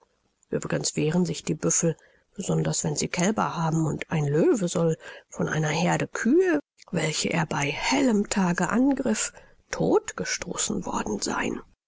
uebrigens wehren sich die büffel besonders wenn sie kälber haben und ein löwe soll von einer heerde kühe welche er bei hellem tage angriff todt gestoßen worden sein